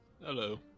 Hello